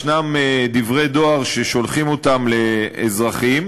יש דברי דואר ששולחים אותם לאזרחים,